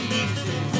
easy